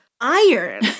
Iron